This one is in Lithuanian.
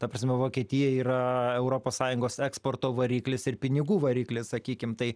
ta prasme vokietija yra europos sąjungos eksporto variklis ir pinigų variklis sakykim tai